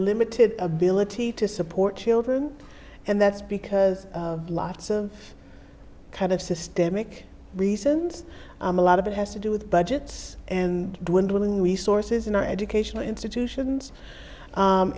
limited ability to support children and that's because of lots of kind of systemic reasons i'm a lot of it has to do with budgets and dwindling resources in our educational institution